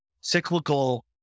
cyclical